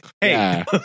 Hey